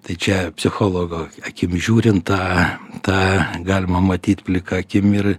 tai čia psichologo akim žiūrint tą tą galima matyt plika akim ir